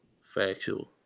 Factual